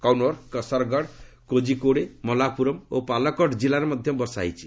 କନୌର କସରଗୁଡ଼ କୋଜିକୋଡ଼େ ମଲାପୁରମ୍ ଓ ପାଲକଡ଼୍ ଜିଲ୍ଲାରେ ମଧ୍ୟ ବର୍ଷା ହୋଇଛି